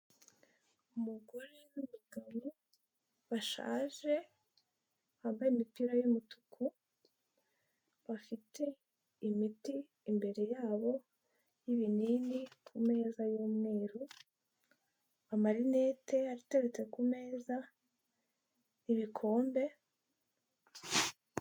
Umugore n'umugabo bashaje, bambaye imipira y'umutuku, bafite imiti imbere yabo y'ibinini kumeza y'umweru, amarinete ateretse ku meza, ibikombe.